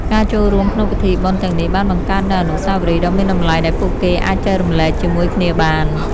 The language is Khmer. ការចូលរួមក្នុងពិធីបុណ្យទាំងនេះបានបង្កើតនូវអនុស្សាវរីយ៍ដ៏មានតម្លៃដែលពួកគេអាចចែករំលែកជាមួយគ្នាបាន។